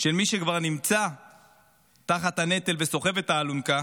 של מי שכבר נמצא תחת הנטל וסוחב את האלונקה